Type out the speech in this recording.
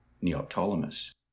Neoptolemus